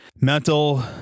mental